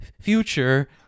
future